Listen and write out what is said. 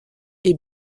est